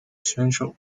选手